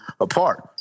apart